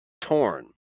torn